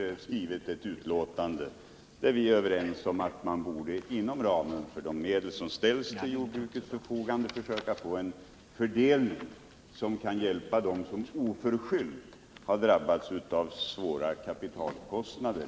Av utskottets skrivning framgår att vi är överens om att inom ramen för de medel som ställs till jordbrukets förfogande försöka att få till stånd en fördelning i syfte att hjälpa dem som oförskyllt har drabbats av svåra kapitalkostnader.